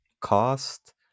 cost